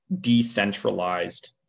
decentralized